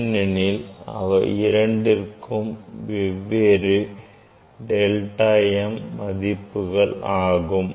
ஏனெனில் இவை இரண்டிற்கும் வெவ்வேறு delta m மதிப்புகள் ஆகும்